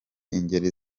ingeri